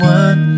one